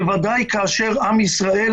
בוודאי כאשר עם ישראל